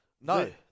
No